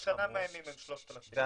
אבל אתם חצי שנה מאיימים עם 3,000. חצי שנה.